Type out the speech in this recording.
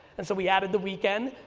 and so we added the weekend,